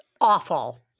awful